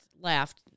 laughed